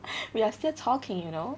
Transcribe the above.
we are still talking you know